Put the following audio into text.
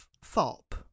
FOP